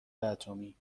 اتمی